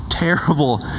terrible